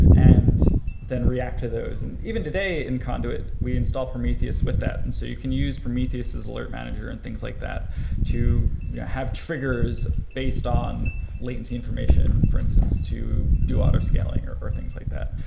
and then react to those. and even today in conduit, we install prometheus with that, and o so you can use prometheus's alert manager and things like that to have triggers based on latency information, for instance, to do auto-scaling or or things like that.